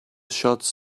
shots